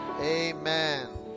Amen